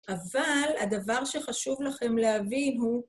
אבל הדבר שחשוב לכם להבין הוא